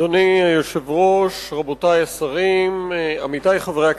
אדוני היושב-ראש, רבותי השרים, עמיתי חברי הכנסת,